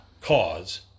cause